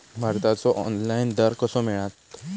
भाताचो ऑनलाइन दर कसो मिळात?